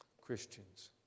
Christians